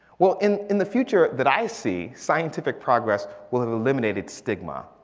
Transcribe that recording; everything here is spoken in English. well in in the future that i see. scientific progress will eliminate its stigma.